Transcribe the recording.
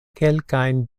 kelkajn